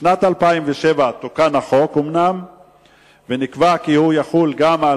בשנת 2007 תוקן החוק ונקבע כי הוא יחול גם על